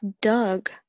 Doug